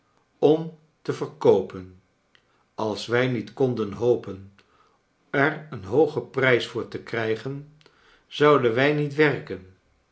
om te verkoopen als wij niet konden hopen er een lioogen prijs voor te krijgen zouden wij niet werken